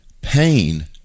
pain